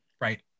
right